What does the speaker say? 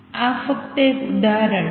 આ ફક્ત એક ઉદાહરણ છે